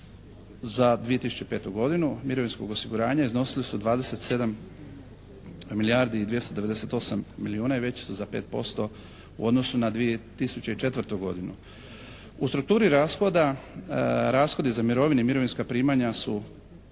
za 2005. godinu mirovinskog osiguranja iznosili su 27 milijardi i 298 milijuna i veći su za 5% u odnosu na 2004. godinu. U strukturi rashoda rashodi za mirovine i mirovinska primanja su